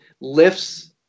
lifts